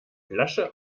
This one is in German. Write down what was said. flasche